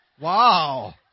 Wow